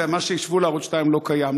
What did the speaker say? ומה שהשוו לערוץ 22 לא קיים.